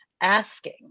asking